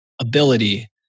ability